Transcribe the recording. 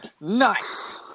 Nice